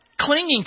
clinging